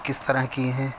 کس طرح کی ہیں